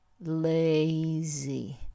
lazy